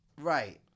Right